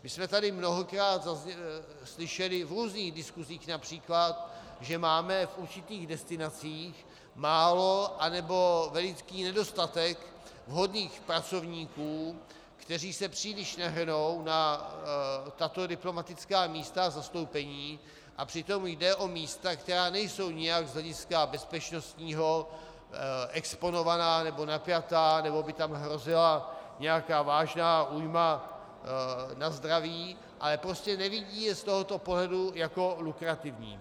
My jsme tady mnohokrát slyšeli v různých diskusích například, že máme v určitých destinacích málo, anebo velký nedostatek vhodných pracovníků, kteří se příliš nehrnou na tato diplomatická místa a zastoupení, a přitom jde o místa, která nejsou nijak z hlediska bezpečnostního exponovaná nebo napjatá, nebo by tam hrozila nějaká vážná újma na zdraví, ale prostě nevidí je z tohoto pohledu jako lukrativní.